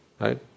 right